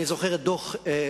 אני זוכר את הדוח,